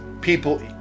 people